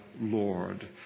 Lord